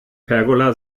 pergola